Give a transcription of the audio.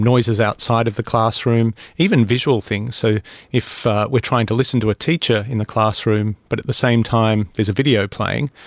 noises outside of the classroom, even visual things. so if we are trying to listen to a teacher in the classroom but at the same time there is a video playing,